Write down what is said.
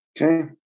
Okay